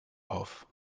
auf